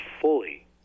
fully